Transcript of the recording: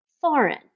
foreign